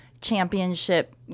championship